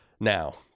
now